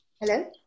hello